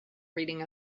reading